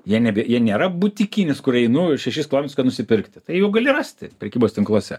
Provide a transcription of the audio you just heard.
jie nebė jie nėra butikinis kur einu šešis kilometrus kad nusipirkti tai jų gali rasti prekybos tinkluose